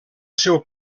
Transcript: seu